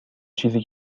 چیزی